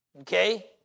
Okay